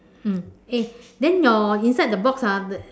mm eh then your inside the box ah the